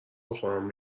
بخورم